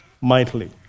mightily